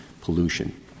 pollution